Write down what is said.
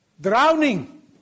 drowning